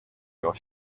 your